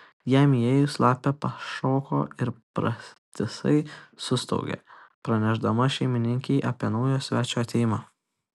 jam įėjus lapė pašoko ir pratisai sustaugė pranešdama šeimininkei apie naujo svečio atėjimą